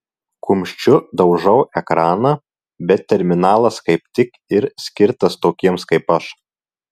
kumščiu daužau ekraną bet terminalas kaip tik ir skirtas tokiems kaip aš